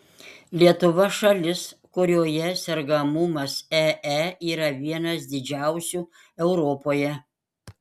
lietuva šalis kurioje sergamumas ee yra vienas didžiausių europoje